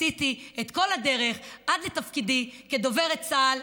עשיתי את כל הדרך עד לתפקידי כדוברת צה"ל.